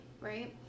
right